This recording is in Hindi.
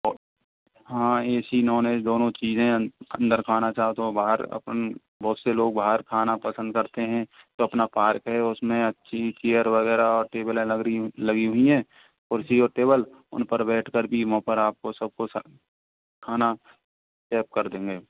हाँ A C non A C दोनों चीज़ें है अंदर खाना चाहते हो बाहर अपन बहुत से लोग बाहर खाना पसंद करते हैं तो अपना पार्क है उसमें अच्छी चेयर वगैरह टेबलें लगी हुई हैं कुर्सी और टेबल उनपे बैठ कर आपको सबको खाना सर्व कर देंगे